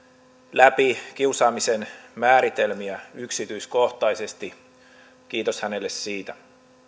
läpi kiusaamisen määritelmiä yksityiskohtaisesti kiitos hänelle siitä